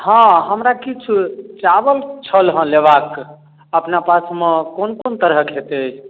हँ हमरा किछु चावल छल हँ लेबाक अपना पासमे कोन कोन तरहक हेतै